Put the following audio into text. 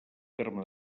terme